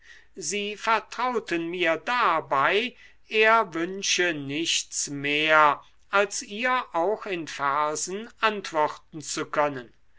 sie vertrauten mir dabei er wünsche nichts mehr als ihr auch in versen antworten zu können